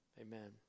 Amen